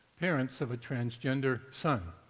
parents of a transgender son.